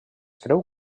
creu